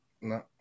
No